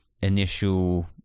initial